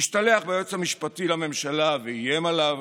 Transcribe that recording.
השתלח ביועץ המשפטי לממשלה ואיים עליו,